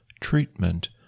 treatment